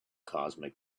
cosmic